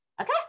okay